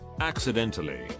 accidentally